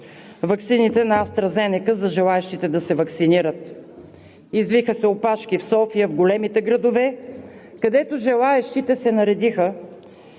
ваксините на „АстраЗенека“ за желаещите да се ваксинират. Извиха се опашки в София и в големите градове, където желаещите се наредиха